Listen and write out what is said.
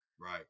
Right